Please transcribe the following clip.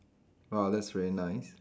!wah! that's very nice